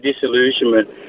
disillusionment